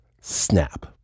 snap